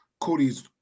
Cody's